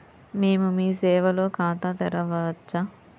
మేము మీ సేవలో ఖాతా తెరవవచ్చా?